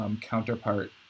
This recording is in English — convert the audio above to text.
counterpart